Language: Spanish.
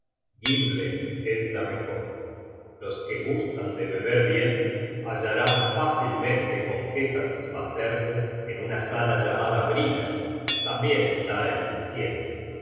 es la mejor los que gustan de beber bien hallarán fácilmente con qué satisfacerse en una sala llamada briner tambien está en el cielo